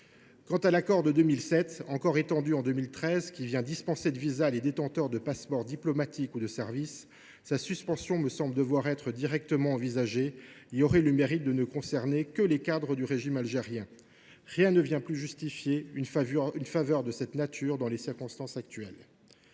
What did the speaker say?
Quant à l’accord de 2007, encore étendu en 2013, qui tend à dispenser de visa les détenteurs de passeport diplomatique ou de service, sa suspension me semble devoir être directement envisagée et aurait le mérite de ne concerner que les cadres du régime. Rien ne vient plus justifier une faveur de cette nature dans les circonstances actuelles.